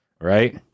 right